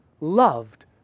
loved